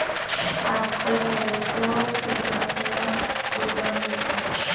आजकल ट्रेनतो दुर्घटना बीमा होचे